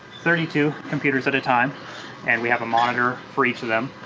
thirty two computers at a time and we have a monitor for each of them.